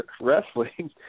wrestling